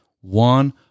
one